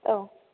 औ